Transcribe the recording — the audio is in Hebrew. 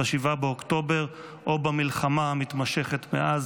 ב-7 באוקטובר או במלחמה המתמשכת מאז.